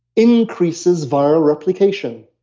increases viral replication.